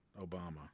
Obama